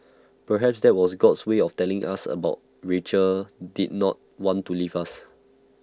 perhaps that was God's way of telling us that Rachel did not want to leave us